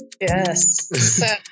Yes